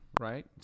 right